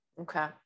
Okay